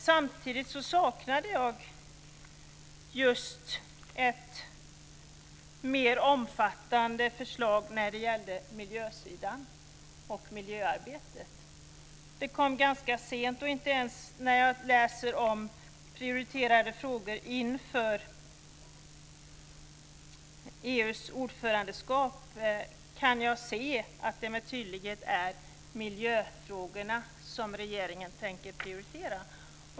Samtidigt saknade jag ett mer omfattande förslag när det gäller miljösidan och miljöarbetet. Det kom ganska sent. Inte ens när jag läser om prioriterade frågor inför EU-ordförandeskapet kan jag se att det med tydlighet är miljöfrågorna som regeringen tänker prioritera.